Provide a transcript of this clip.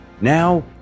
Now